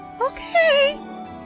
Okay